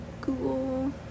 Google